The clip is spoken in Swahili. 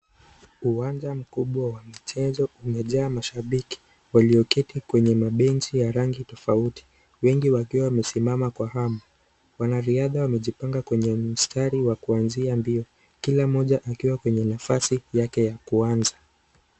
Uwanja mkubwa wa mchezo umejaa mashabiki walioketi kwenye mabenchi ya rangi tofauti wengi wakiwa wamesimama kwa hamu. Wanariadha wamejipanga kwenye mstari wa kuanzia mbio kila mmoja akiwa kwenye nafasi yake ya kuanza.